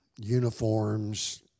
Uniforms